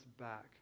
back